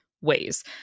ways